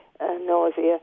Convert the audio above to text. nausea